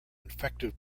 effective